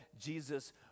Jesus